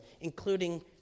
including